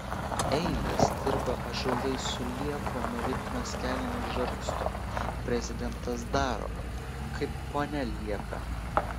eiles dirba ąžuolai su liepom ritmas kelnes žargsto prezidentas daro kaip ponia liepia